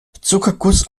zuckerguss